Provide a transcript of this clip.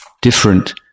different